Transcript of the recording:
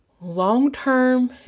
long-term